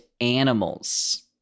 animals